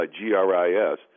G-R-I-S